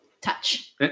touch